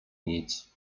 nic